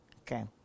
Okay